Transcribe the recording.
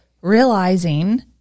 realizing